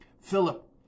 Philip